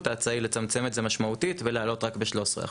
ההצעה היא לצמצם את זה משמעותית ולהעלות רק ב-13%.